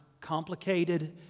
complicated